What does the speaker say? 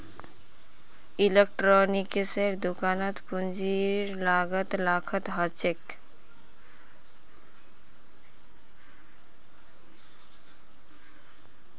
इलेक्ट्रॉनिक्सेर दुकानत पूंजीर लागत लाखत ह छेक